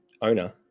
owner